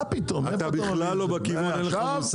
אין לך מושג.